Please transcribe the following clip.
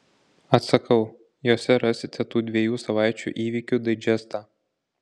atsakau jose rasite tų dviejų savaičių įvykių daidžestą